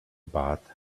bath